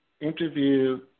interview